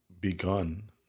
begun